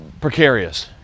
precarious